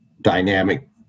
dynamic